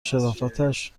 شرافتش